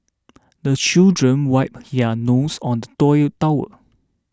the children wipe their noses on the towel